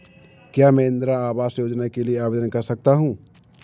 क्या मैं इंदिरा आवास योजना के लिए आवेदन कर सकता हूँ?